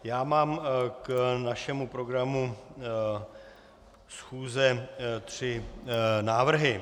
Já mám k našemu programu schůze tři návrhy.